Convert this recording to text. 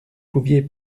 pouviez